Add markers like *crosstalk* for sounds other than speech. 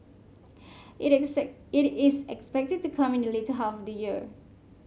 *noise* it is *unintelligible* it is expected to come in the later half of the year